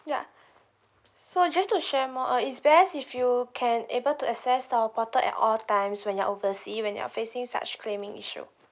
ya so just to share more uh is best if you can able to access to our portal at all times when you're oversea when you're facing such claiming issue